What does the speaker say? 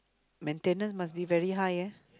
maintenance must be very high ah